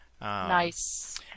Nice